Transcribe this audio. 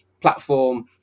platform